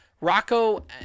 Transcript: Rocco